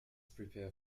prepare